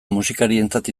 musikarientzat